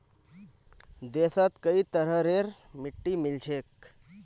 देशत कई तरहरेर मिट्टी मिल छेक